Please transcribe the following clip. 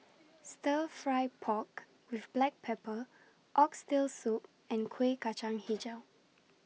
Stir Fry Pork with Black Pepper Oxtail Soup and Kueh Kacang Hijau